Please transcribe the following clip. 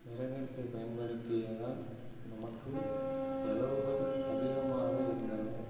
விறகு அடுப்பைப் பயன்படுத்தியதால் நமக்கு செலவுகள் அதிகமாக இருந்தன